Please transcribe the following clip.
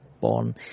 born